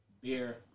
beer